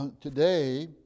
today